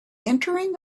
entering